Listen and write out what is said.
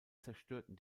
zerstörten